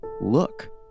Look